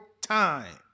time